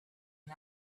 and